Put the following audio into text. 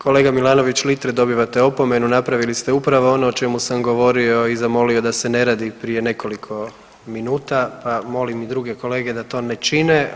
Kolega Milanović Litre dobivate opomenu napravili ste upravo ono o čemu sam govorio i zamolio da se ne radi prije nekoliko minuta, pa molim i druge kolege da to ne čine.